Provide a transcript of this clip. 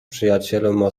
przyjacielu